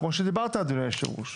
כמו שדיברת אדוני יושב הראש.